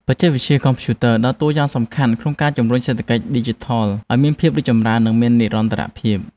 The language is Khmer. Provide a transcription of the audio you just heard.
បច្ចេកវិទ្យាកុំព្យូទ័រដើរតួនាទីយ៉ាងសំខាន់ក្នុងការជំរុញសេដ្ឋកិច្ចឌីជីថលឱ្យមានភាពរីកចម្រើន និងមាននិរន្តរភាព។